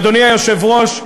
אדוני היושב-ראש,